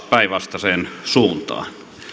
päinvastaiseen suuntaan